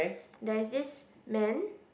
there is this man